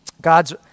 God's